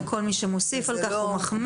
וכול מי שמוסיף על כך מחמיר.